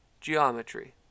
Geometry